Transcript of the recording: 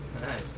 nice